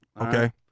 Okay